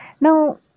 Now